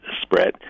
spread